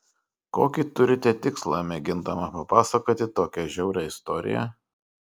kokį turite tikslą mėgindama papasakoti tokią žiaurią istoriją